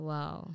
Wow